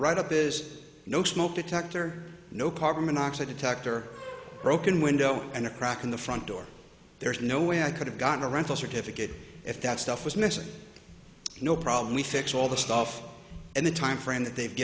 write up is no smoke detector no carbon monoxide detector broken window and a crack in the front door there's no way i could have gotten around to certificate if that stuff was missing no problem we fix all the stuff in the timeframe that they've